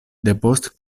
depost